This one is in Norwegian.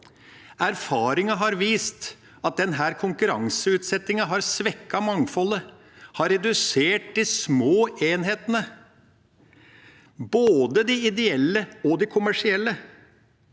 Erfaringen har vist at denne konkurranseutsettingen har svekket mangfoldet og redusert de små enhetene, både de ideelle og de kommersielle.